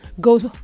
goes